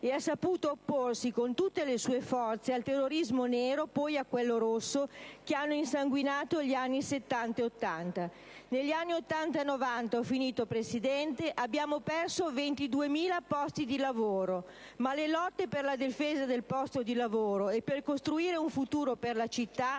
e ha saputo opporsi con tutte le sue forze al terrorismo nero e poi a quello rosso, che hanno insanguinato gli anni '70 e '80. Negli anni '80 e '90 abbiamo perso 22.000 posti di lavoro, ma le lotte per la difesa del posto di lavoro e per costruire un futuro per la città